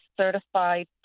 certified